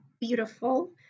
beautiful